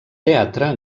teatre